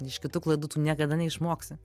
iš kitų klaidų tu niekada neišmoksi